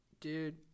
Dude